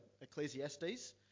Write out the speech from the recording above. Ecclesiastes